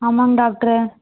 ஆமாங்க டாக்ட்ரு